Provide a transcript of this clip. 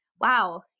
wow